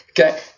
Okay